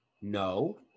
no